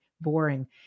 boring